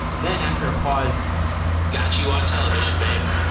then, after a pause got you on television, babe.